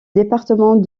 département